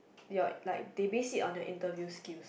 your like they base it on your interview skills